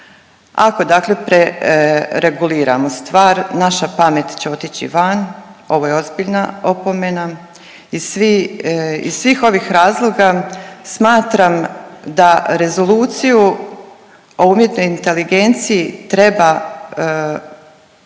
Ako dakle prereguliramo stvar naša pamet će otići van, ovo je ozbiljna opomena. Iz svih ovih razloga smatram da Rezoluciju o umjetnoj inteligenciji treba ozbiljnije